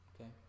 Okay